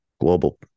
global